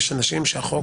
יש אנשים שהחוק